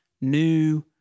new